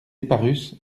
eparus